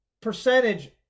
percentage